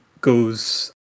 goes